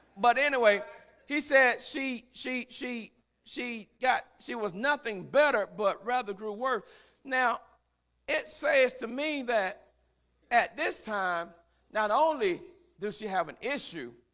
but anyway he said she she she she got she was nothing better but rather grew worse now it says to me that at this time not only does she have an issue